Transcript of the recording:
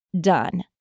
done